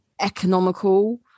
economical